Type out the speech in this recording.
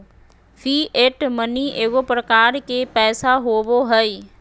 fiat money एगो प्रकार के पैसा होबो हइ